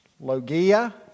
Logia